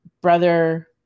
brother